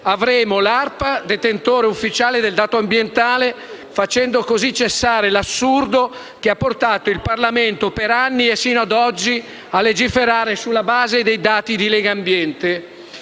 avremo l'ARPA, detentore ufficiale del dato ambientale, facendo così cessare l'assurdo che ha portato il Parlamento, per anni e sino ad oggi, a legiferare sulla base dei dati di Legambiente.